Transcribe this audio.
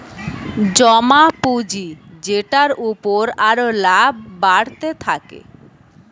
জমা পুঁজি যেটার উপর আরো লাভ বাড়তে থাকে